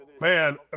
Man